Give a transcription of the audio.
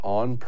on